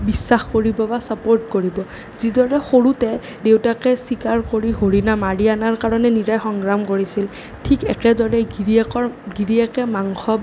বিশ্বাস কৰিব বা চাপৰ্ট কৰিব যিদৰে সৰুতে দেউতাকে চিকাৰ কৰি হৰিণা মাৰি অনাৰ কাৰণে মীৰাই সংগ্ৰাম কৰিছিল ঠিক একেদৰেই গিৰীয়েকৰ গিৰীয়েকে মাংস